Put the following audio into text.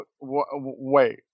wait